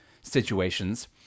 situations